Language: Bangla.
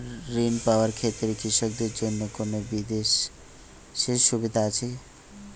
ঋণ পাওয়ার ক্ষেত্রে কৃষকদের জন্য কোনো বিশেষ সুবিধা আছে?